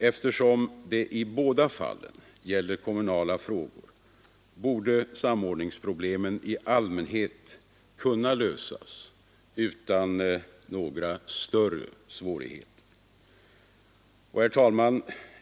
Eftersom det i båda fallen gäller kommunala frågor borde samordningsproblemen i allmänhet kunna lösas utan några större svårigheter.